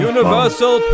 Universal